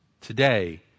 today